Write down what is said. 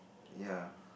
ya